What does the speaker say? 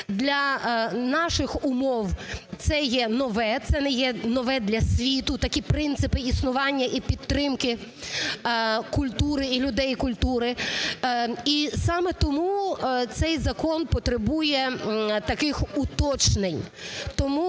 для наших умов це є нове, це є нове для світу, такі принципи існування і підтримки культури і людей культури. І саме тому цей закон потребує таких уточнень.